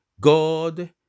God